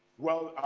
well, ah,